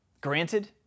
Granted